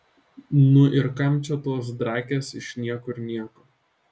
nu ir kam čia tos drakės iš niekur nieko